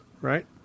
right